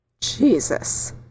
Jesus